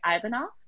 Ivanov